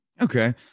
Okay